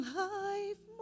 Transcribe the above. life